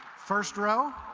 first row